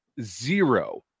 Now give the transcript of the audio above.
Zero